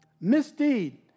misdeed